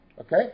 Okay